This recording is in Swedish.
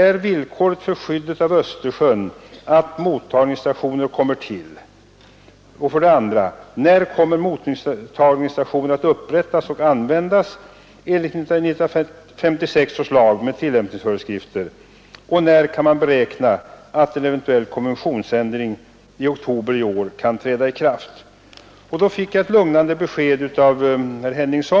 Är villkoret för skyddet av Östersjön att mottagningsstationer kommer till? 2. När kommer mottagningsstationer att upprättas och användas enligt 1956 års lag med tillämpningsföreskrifter? 3. När kan man beräkna att en eventuell konventionsändring i oktober i år kan träda i kraft? Då fick jag alltså ett lugnande besked av herr Henningsson.